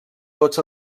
tots